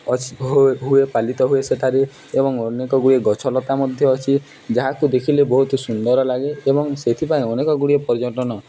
ଅଛି ପାଲିତ ହୁଏ ସେଠାରେ ଏବଂ ଅନେକଗୁଡ଼ିଏ ଗଛଲତା ମଧ୍ୟ ଅଛି ଯାହାକୁ ଦେଖିଲେ ବହୁତ ସୁନ୍ଦର ଲାଗେ ଏବଂ ସେଥିପାଇଁ ଅନେକଗୁଡ଼ିଏ ପର୍ଯ୍ୟଟନ